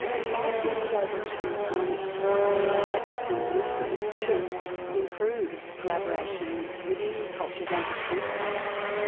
might we be able to harness tightness and looseness to improve collaboration within cultures and between cultures?